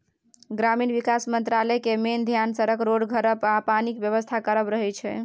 ग्रामीण बिकास मंत्रालय केर मेन धेआन सड़क, रोड, घरक आ पानिक बेबस्था करब रहय छै